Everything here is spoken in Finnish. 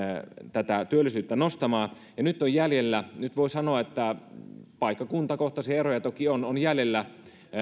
työllisyyttä nostamaan ja nyt voi sanoa että on jäljellä paikkakuntakohtaisia eroja toki on on